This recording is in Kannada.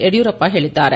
ಯಡಿಯೂರಪ್ಪ ಹೇಳಿದ್ದಾರೆ